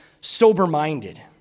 sober-minded